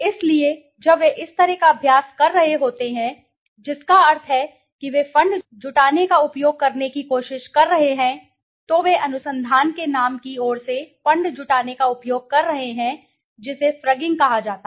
इसलिए जब वे इस तरह का अभ्यास कर रहे होते हैं जिसका अर्थ है कि वे फंड जुटाने का उपयोग करने की कोशिश कर रहे हैं तो वे अनुसंधान के नाम की ओर से फंड जुटाने का उपयोग कर रहे हैं जिसे फ्रगिंग कहा जाता है